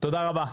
תודה רבה.